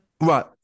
Right